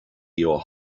your